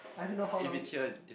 I don't know how long you're playing